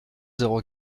zéro